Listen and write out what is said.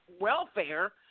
welfare